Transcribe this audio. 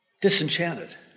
disenchanted